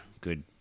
good